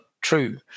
true